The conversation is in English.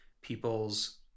people's